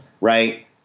right